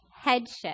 headship